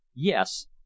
Yes